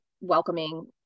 welcoming